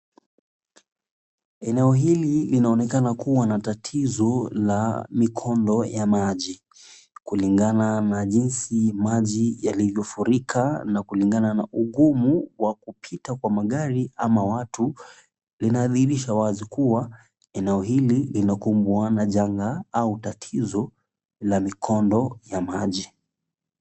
Eneo hili linaonekana kuwa na tatizo la mikondo ya maji, kulingana na jinsi maji yalivyofurika na kulingana na ugumu wa kupita kwa magari ama watu linadhihirisha wazi kuwa eneo hili linakumbwa na janga au tatizo la mikondo ya maji.